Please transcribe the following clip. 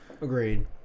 Agreed